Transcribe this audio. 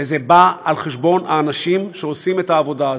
וזה בא על חשבון האנשים שעושים את העבודה הזאת.